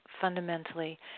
fundamentally